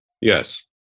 yes